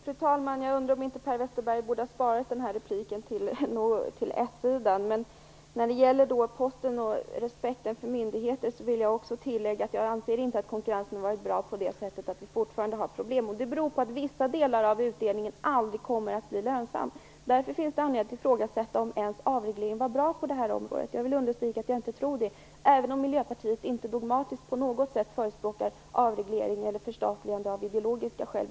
Fru talman! Jag undrar om inte Per Westerberg borde ha sparat den här repliken till Socialdemokraterna. När det gäller Posten och respekten för myndigheter vill jag tillägga att jag inte anser att konkurrensen har varit bra. Vi har fortfarande problem. Det beror på att vissa delar av utdelningen aldrig kommer att bli lönsam. Därför finns det anledning att ifrågasätta om avregleringen var bra på det här området. Jag vill understryka att jag inte tror det, även om Miljöpartiet inte på något sätt dogmatiskt förespråkar avreglering eller förstatligande av ideologiska skäl.